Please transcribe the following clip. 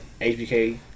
hbk